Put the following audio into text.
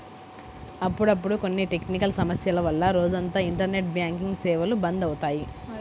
అప్పుడప్పుడు కొన్ని టెక్నికల్ సమస్యల వల్ల రోజంతా ఇంటర్నెట్ బ్యాంకింగ్ సేవలు బంద్ అవుతాయి